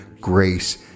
grace